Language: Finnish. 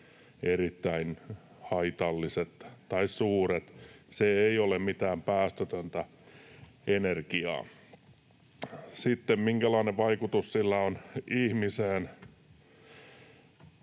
erittäin haitalliset tai suuret. Se ei ole mitään päästötöntä energiaa. Sitten, minkälainen vaikutus sillä on ihmiseen?